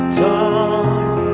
time